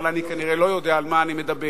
אבל אני כנראה לא יודע על מה אני מדבר,